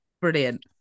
brilliant